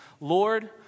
Lord